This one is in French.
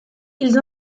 ils